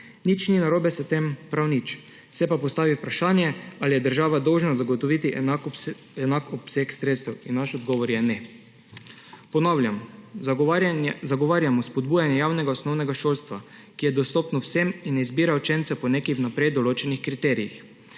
Nič ni narobe s tem, prav nič, se pa postavi vprašanje, ali je država dolžna zagotoviti enak obseg sredstev. In naš odgovor je, ne. Ponavljam, zagovarjamo spodbujanje javnega osnovnega šolstva, ki je dostopno vsem in ne izbira učencev po nekih vnaprej določenih kriterijih.